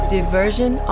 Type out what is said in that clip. Diversion